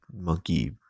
Monkey